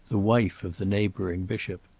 the wife of the neighbouring bishop.